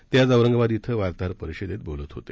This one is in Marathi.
ते आज औरंगाबाद कें वार्ताहर परिषदेत बोलत होते